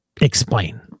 explain